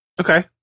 Okay